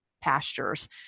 pastures